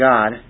God